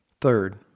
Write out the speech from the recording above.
Third